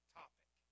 topic